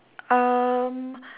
um